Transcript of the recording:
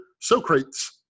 Socrates